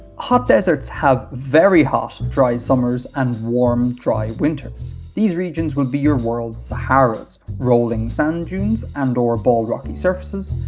hot deserts have very hot, dry summers and warm, dry winters. these regions will be your world's saharas rolling sand dunes and or bald rocky surfaces,